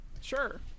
Sure